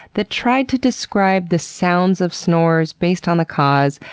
that tried to describe the sounds of snores based on the cause.